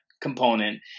component